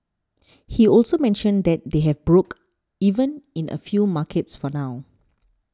he also mentioned that they've broke even in a few markets for now